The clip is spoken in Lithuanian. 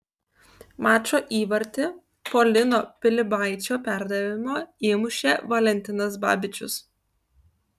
mačo įvartį po lino pilibaičio perdavimo įmušė valentinas babičius